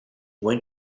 went